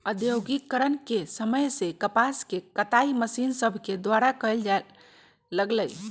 औद्योगिकरण के समय से कपास के कताई मशीन सभके द्वारा कयल जाय लगलई